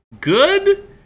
good